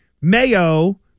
Mayo